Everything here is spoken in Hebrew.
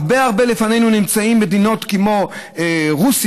הרבה הרבה לפנינו נמצאות מדינות כמו רוסיה.